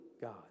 God